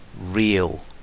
Real